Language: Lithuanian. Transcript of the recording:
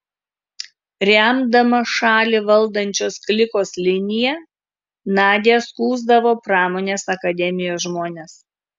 remdama šalį valdančios klikos liniją nadia skųsdavo pramonės akademijos žmones